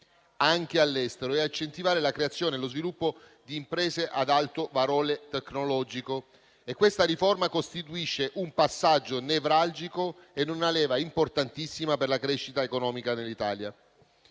anche all'estero e a incentivare la creazione e lo sviluppo di imprese ad alto valore tecnologico. Questa riforma costituisce un passaggio nevralgico e una leva importantissima per la crescita economica dell'Italia.